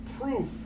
proof